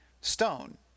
Stone